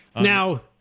Now